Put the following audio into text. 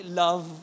love